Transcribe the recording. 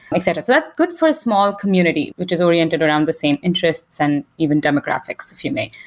etc. that's good for small community, which is oriented around the same interests and even demographics if you may.